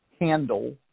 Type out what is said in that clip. handle